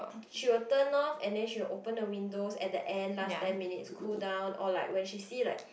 she will turn off and then she will open the windows at the end last ten minutes cool down or like when she see like